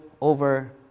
over